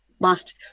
Matt